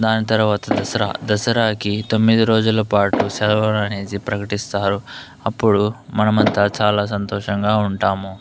దాని తర్వాత దసరా దసరాకి తొమ్మిది రోజుల పాటు సెలవులు అనేసి ప్రకటిస్తారు అప్పుడు మనమంతా చాలా సంతోషంగా ఉంటాము